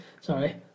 Sorry